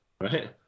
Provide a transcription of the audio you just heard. right